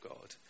God